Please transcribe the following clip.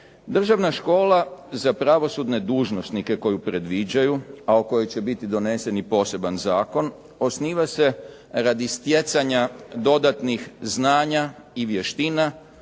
Državna škola za pravosudne dužnosnike koju predviđaju, a o kojoj će biti donesen i poseban zakon, osniva se radi stjecanja dodatnih znanja i vještina